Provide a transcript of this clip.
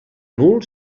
nul